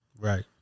Right